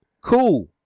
Cool